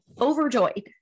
Overjoyed